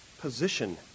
position